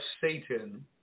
Satan